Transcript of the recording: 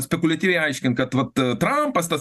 spekuliatyviai aiškint kad vat trampas tas